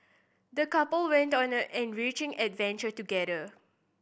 the couple went on an enriching adventure together